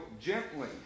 gently